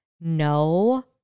No